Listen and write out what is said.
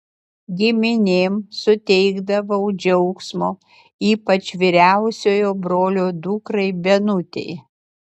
giminėm suteikdavau džiaugsmo ypač vyriausiojo brolio dukrai benutei